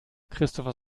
christopher